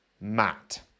Matt